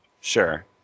Sure